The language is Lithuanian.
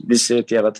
visi tie vat